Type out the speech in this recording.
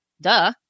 duh